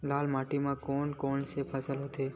लाल माटी म कोन कौन से फसल होथे?